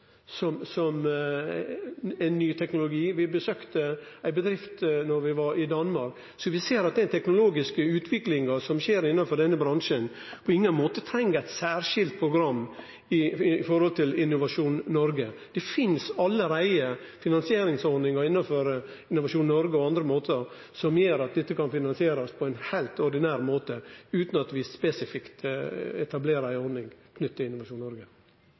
som er ny teknologi – og vi besøkte ei bedrift då vi var i Danmark – så vi ser at den teknologiske utviklinga som skjer innanfor denne bransjen, på ingen måte treng eit særskilt program i Innovasjon Noreg. Det finst allereie finansieringsordningar innanfor Innovasjon Noreg og på andre måtar som gjer at dette kan finansierast på ein heilt ordinær måte utan at vi spesifikt etablerer ei ordning knytt til Innovasjon Noreg.